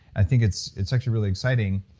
i think it's it's actually really exciting,